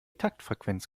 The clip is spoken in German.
taktfrequenz